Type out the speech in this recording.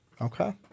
Okay